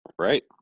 Right